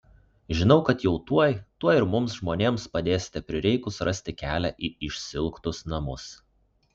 žinau kad jau tuoj tuoj ir mums žmonėms padėsite prireikus rasti kelią į išsiilgtus namus